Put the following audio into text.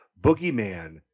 boogeyman